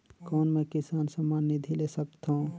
कौन मै किसान सम्मान निधि ले सकथौं?